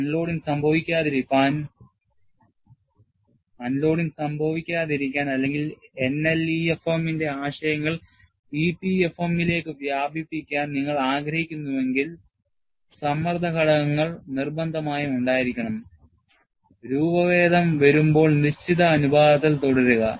unloading സംഭവിക്കാതിരിക്കാൻ അല്ലെങ്കിൽ NLEFM ന്റെ ആശയങ്ങൾ EPFM ലേക്ക് വ്യാപിപ്പിക്കാൻ നിങ്ങൾ ആഗ്രഹിക്കുന്നുവെങ്കിൽ സമ്മർദ്ദ ഘടകങ്ങൾ നിർബന്ധമായും ഉണ്ടായിരിക്കണം രൂപഭേദം വരുമ്പോൾ നിശ്ചിത അനുപാതത്തിൽ തുടരുക